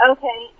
Okay